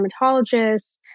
dermatologists